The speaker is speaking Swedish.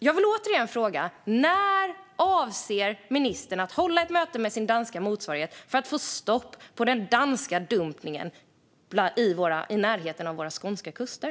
Jag vill återigen fråga: När avser ministern att hålla ett möte med sin danska motsvarighet för att få stopp på den danska dumpningen i närheten av våra skånska kuster?